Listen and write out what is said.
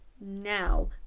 now